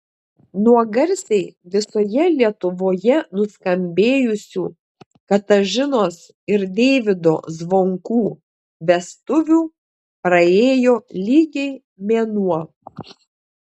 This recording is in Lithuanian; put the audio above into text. nuo garsiai visoje lietuvoje nuskambėjusių katažinos ir deivydo zvonkų vestuvių praėjo lygiai mėnuo